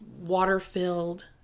water-filled